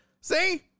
see